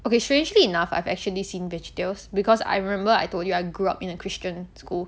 okay strangely enough I've actually seen veggietales because I remember I told you I grew up in a christian school